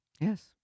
Yes